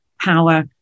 Power